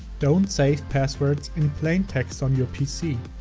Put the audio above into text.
don't save passwords in plain text on your pc.